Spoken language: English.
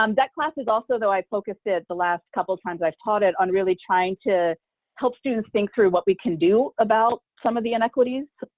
um that class is also, though i focused it the last couple of times i've taught it on really trying to help students think through what we can do about some of the inequities,